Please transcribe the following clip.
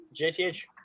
JTH